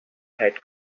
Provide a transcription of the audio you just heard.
had